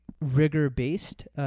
rigor-based